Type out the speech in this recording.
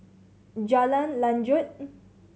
Jalan Lanjut